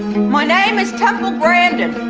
my name is temple grandin.